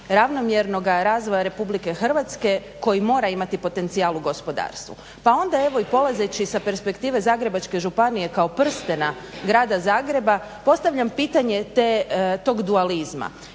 ravnomjernoga razvoja RH koji mora imati potencijal u gospodarstvu. Pa onda evo i polazeći sa perspektive Zagrebačke županije kao prstena Grada Zagreba postavljam pitanje tog dualizma.